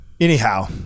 Anyhow